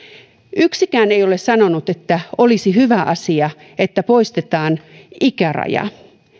yksikään ei ole sanonut että olisi hyvä asia että poistetaan ikäraja